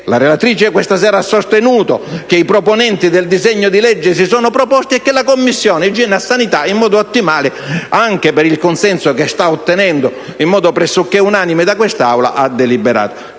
la relatrice questa sera ha sostenuto, che i proponenti del disegno di legge si sono proposti e che ha deliberato la Commissione igiene e sanità in modo ottimale, anche per il consenso che sta ottenendo in modo pressoché unanime da quest'Aula. Il primo